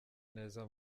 neza